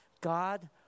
God